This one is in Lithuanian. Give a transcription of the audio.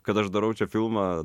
kad aš darau čia filmą